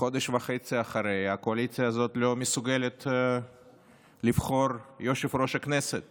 חודש וחצי אחר כך הקואליציה הזאת לא מסוגלת לבחור יושב-ראש כנסת